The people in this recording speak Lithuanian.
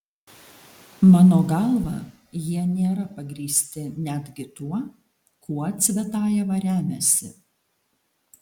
mano galva jie nėra pagrįsti netgi tuo kuo cvetajeva remiasi